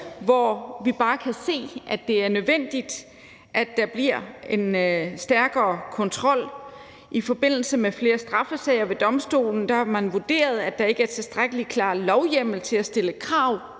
som vi bare kan se det er nødvendigt der bliver en stærkere kontrol med. I forbindelse med flere straffesager ved domstolen har man vurderet, at der ikke er tilstrækkelig klar lovhjemmel til at stille krav